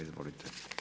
Izvolite.